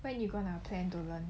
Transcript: when you want to plan to learn